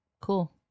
cool